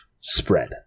spread